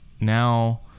Now